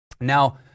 Now